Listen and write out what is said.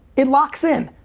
it locks in,